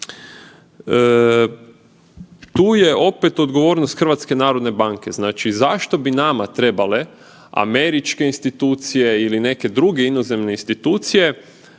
Tu je opet odgovornost HNB-a, znači zašto bi nama trebale američke institucije ili neke druge inozemne institucije